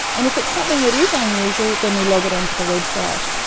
and if it's something that is unusual then we log it onto the website.